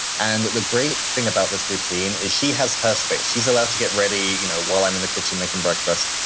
and the great thing about this routine is she has her space. she's allowed to get ready you know while i'm in the kitchen making breakfast.